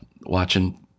watching